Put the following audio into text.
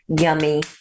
yummy